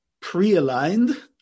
pre-aligned